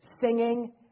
singing